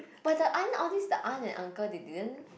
but the aunt all these the aunt and uncle they didn't